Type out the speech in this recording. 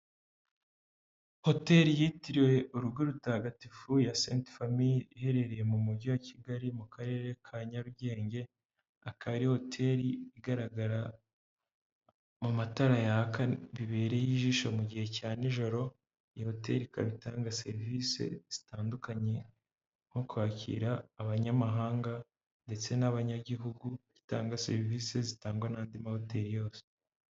Hoteri yitiriwe urugo rutagatifu ya Senti Famiye iherereye mu mujyi wa Kigali mu karere ka Nyarugenge, akaba ari hoteri igaragara mu matara yaka bibereye ijisho mu gihe cya nijoro, iyi hoteri ikaba itanga serivisi zitandukanye nko kwakira abanyamahanga ndetse n'abanyagihugu, gutanga serivisi zitangwa n'andi mahoteri yose.